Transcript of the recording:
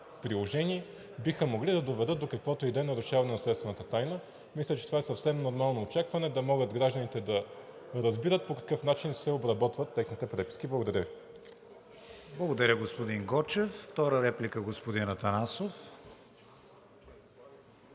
приложение, биха могли да доведат до каквото и да е нарушаване на следствената тайна. Мисля, че това е съвсем нормално очакване да могат гражданите да разбират по какъв начин се обработват техните преписки. Благодаря Ви. ПРЕДСЕДАТЕЛ КРИСТИАН ВИГЕНИН: Благодаря, господин Гочев. Втора реплика – господин Атанасов.